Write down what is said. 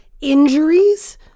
Injuries